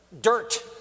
dirt